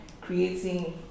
creating